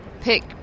pick